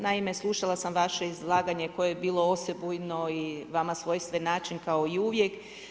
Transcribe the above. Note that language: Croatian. Naime, slušala sam vaše izlaganje koje je bilo osebujno i vama svojstven način kao i uvijek.